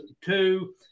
two